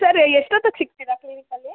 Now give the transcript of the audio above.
sir ಎಷ್ಟು ಹೊತ್ತಿಗೆ ಸಿಗ್ತೀರಾ ಕ್ಲಿನಿಕಲ್ಲಿ